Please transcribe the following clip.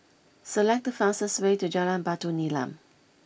select the fastest way to Jalan Batu Nilam